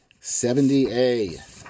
70A